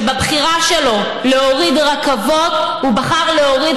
שבבחירה שלו להוריד הרכבות הוא בחר להוריד